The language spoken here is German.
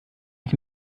auf